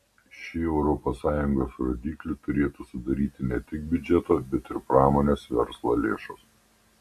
šį europos sąjungos rodiklį turėtų sudaryti ne tik biudžeto bet ir pramonės verslo lėšos